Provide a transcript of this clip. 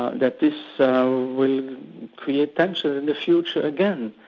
ah that this so will create tension in the future again,